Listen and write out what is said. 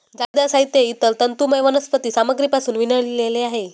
जाळीदार साहित्य हे इतर तंतुमय वनस्पती सामग्रीपासून विणलेले आहे